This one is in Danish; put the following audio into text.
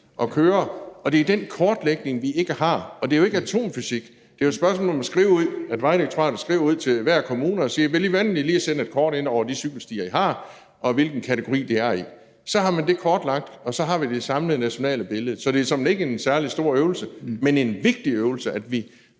at køre. Og det er den kortlægning, vi ikke har. Og det er jo ikke atomfysik; det er et spørgsmål om, at Vejdirektoratet skriver ud til hver kommune: Vil I være venlige lige at sende et kort ind over de cykelstier, I har, og hvilken kategori de er i. Så har man det kortlagt, og så har vi det samlede nationale billede. Så det er såmænd ikke en særlig stor øvelse, men en vigtig øvelse, at vi